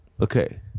Okay